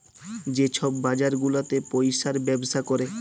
যে ছব বাজার গুলাতে পইসার ব্যবসা ক্যরে